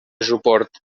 suport